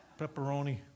Pepperoni